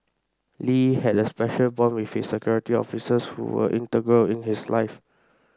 Lee had a special bond with his security officers who were integral in his life